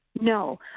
No